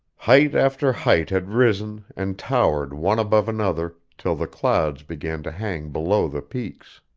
height after height had risen and towered one above another till the clouds began to hang below the peaks.